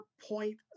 point